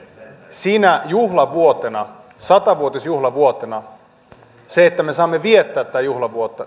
juhlavuotena sata vuotisjuhlavuotena siitä että me saamme viettää tätä juhlavuotta